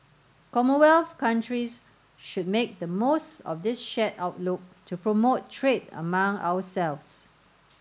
commonwealth countries should make the most of this shared outlook to promote trade among ourselves